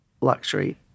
luxury